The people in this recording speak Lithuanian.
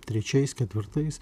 trečiais ketvirtais